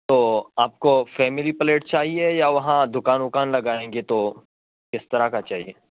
تو آپ کو فمیلی فلیٹ چاہیے یا وہاں دکان اکان لگائیں گے تو کس طرح کا چاہیے